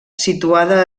situada